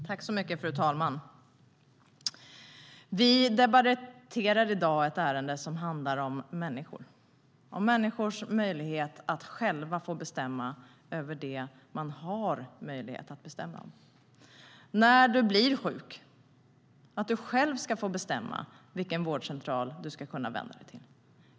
Fru talman! Vi debatterar i dag ett ärende som handlar om människor, om människors möjlighet att själva få bestämma över det som de har möjlighet att bestämma. När du blir sjuk ska du själv få bestämma vilken vårdcentral som du ska vända dig till.